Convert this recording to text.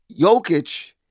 Jokic